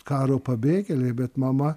karo pabėgėliai bet mama